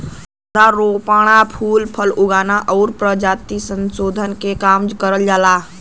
पौध रोपण, फूल फल उगावल आउर परजाति संसोधन के काम करल जाला